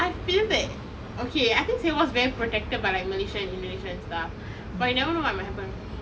I feel that okay I think singapore is very protected by like malaysia and indonesia and stuff but you never know what might happen